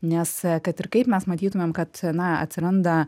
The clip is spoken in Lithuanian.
nes kad ir kaip mes matytumėm kad na atsiranda